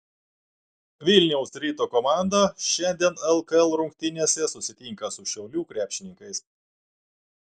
vilniaus ryto komanda šiandien lkl rungtynėse susitinka su šiaulių krepšininkais